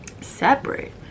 separate